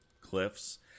cliffs